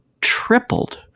tripled